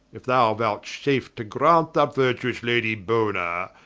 if thou vouchsafe to graunt that vertuous lady bona,